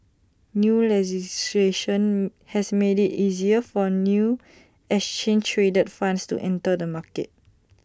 new legislation has made IT easier for new exchange traded funds to enter the market